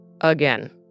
again